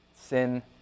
sin